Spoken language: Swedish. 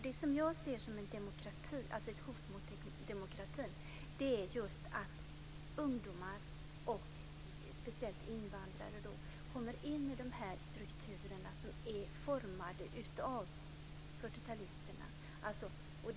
Det som jag ser som ett hot mot demokratin är just att ungdomar, och speciellt invandrare, kommer in i de här strukturerna som är formade av 40 talisterna.